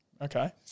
Okay